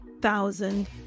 thousand